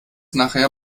nachher